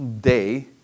day